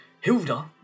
Hilda